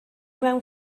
mewn